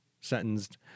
sentenced